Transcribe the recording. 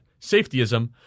Safetyism